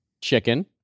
chicken